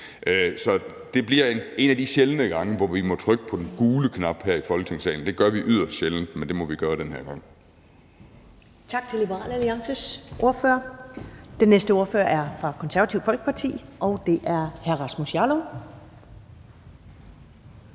Så det bliver en af de sjældne gange, hvor vi må trykke på den gule knap her i Folketingssalen. Det gør vi yderst sjældent, men det må vi gøre den her gang.